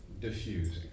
diffusing